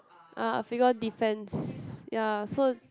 ah figure defence ya so